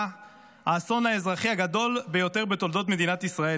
האסון האזרחי הגדול ביותר בתולדות מדינת ישראל,